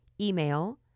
email